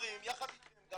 ועוזרים יחד איתכם גם,